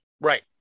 right